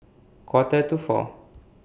Quarter to four